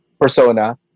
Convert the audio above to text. persona